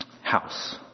house